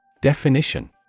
Definition